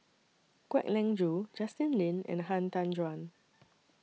Kwek Leng Joo Justin Lean and Han Tan Juan